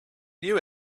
knew